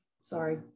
sorry